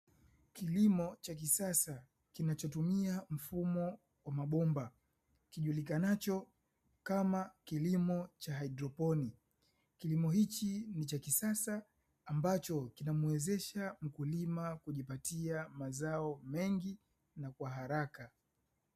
Kilimo cha kisasa kinachotumia mfumo wa mabomba kijulikanacho kama kilimo cha haidroponi. Kilimo hichi ni cha kisasa ambacho kinamwezesha mkulima kujipatia mazao mengi na kwa haraka.